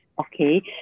Okay